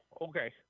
okay